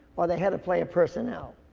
or the head of player personnel?